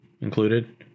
included